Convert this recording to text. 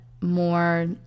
more